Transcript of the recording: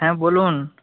হ্যাঁ বলুন